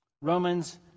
Romans